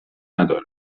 ندارد